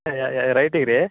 ಯ ಯ ಯ ರೈಟಿಗೆ ರೀ